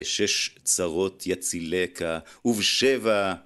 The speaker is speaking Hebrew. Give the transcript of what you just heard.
בשש צרות יצילך, ובשבע...